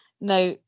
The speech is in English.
now